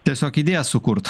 tiesiog idėją sukurt